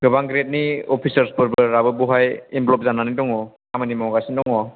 गोबां ग्रेदनि अफिसार्सफोराबो बेवहाय इनभ'ल्भ जानानै दङ खामानि मावगासिनो दङ